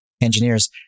engineers